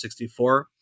64